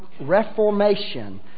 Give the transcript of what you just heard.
Reformation